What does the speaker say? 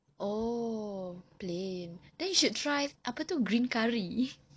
oh plain then you should try apa itu green curry